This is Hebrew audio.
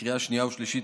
בקריאה שנייה ושלישית,